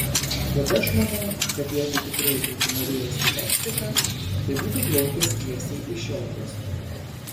bet aš manau kad jeigu tikrai būtų norėjęs į meksiką tai būtų plaukęs tiesiai iš šio uosto